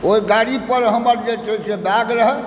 ओहि गाड़ीपर हमर जे छै से बैग रहै